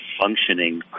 functioning